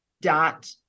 dot